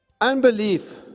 Unbelief